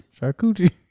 Charcuterie